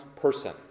person